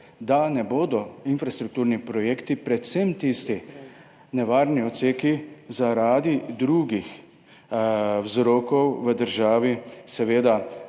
da ne bodo infrastrukturni projekti, predvsem tisti nevarni odseki, zaradi drugih vzrokov v državi